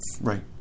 Right